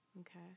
Okay